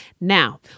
Now